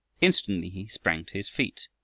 instantly he sprang to his feet